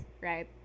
right